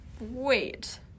Wait